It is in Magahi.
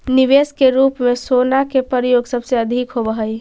निवेश के रूप में सोना के प्रयोग सबसे अधिक होवऽ हई